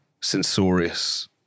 censorious